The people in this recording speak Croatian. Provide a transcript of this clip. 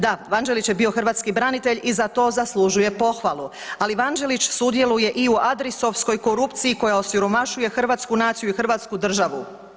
Da, Vanđelić je bio hrvatski branitelj i za to zaslužuje pohvalu, ali VAnđelić sudjeluje i u adrisovskoj korupciji koja osiromašuje hrvatsku naciju i Hrvatsku državu.